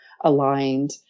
aligned